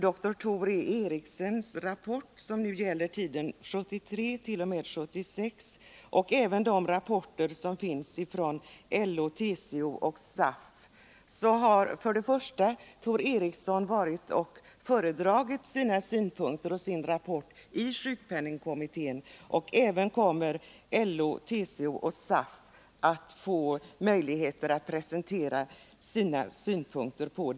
dr Tor E. Eriksens rapport som avser tiden 1973-1976 och de rapporter som lagts fram av LO, TCO och SAF vill jag säga att Tor E. Eriksen har föredragit sina synpunkter och sin rapport i sjukpenningkommittén, och även LO, TCO och SAF kommer att få möjlighet att presentera sina synpunkter där.